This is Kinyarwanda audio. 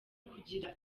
kugira